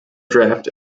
draft